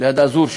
ליד אזור שם.